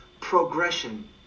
progression